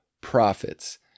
profits